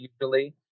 usually